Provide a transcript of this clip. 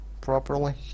properly